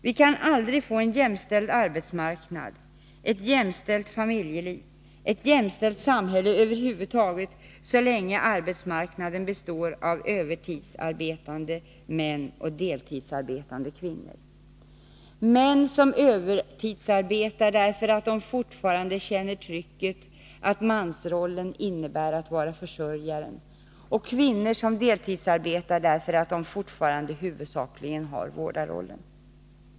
Vi kan aldrig få en jämställd arbetsmarknad, ett jämställt familjeliv, ett jämställt samhälle över huvud taget, så länge arbetsmarknaden består av övertidsarbetande män och deltidsarbetande kvinnor — män som övertidsarbetar, därför att de fortfarande känner trycket att mansrollen innebär att de är försörjare, och kvinnor som deltidsarbetar, därför att de fortfarande huvudsakligen har vårdarrollen.